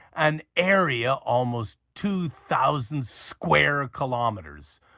an area almost two thousand square kilometres.